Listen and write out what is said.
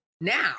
now